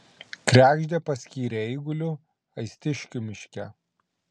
kregždę paskyrė eiguliu aistiškių miške